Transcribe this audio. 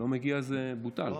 לא מגיע, זה בוטל.